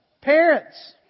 Parents